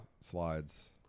Slides